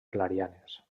clarianes